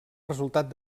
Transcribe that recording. resultat